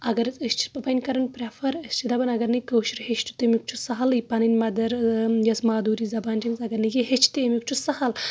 اگر أسۍ چھ وۄنۍ کران پرٮ۪فر أسۍ چھ دپان اگر نے کأشُر ہیٚچھو تٔمیُک چھُ سہلےٕ پنٔنۍ مدر یۄس مادوٗری زبان چھ أمِس اگر نہٕ یہِ ہیٚچھِ تہِ أمِیُک چھُ سہل